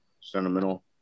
sentimental